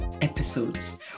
episodes